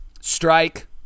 strike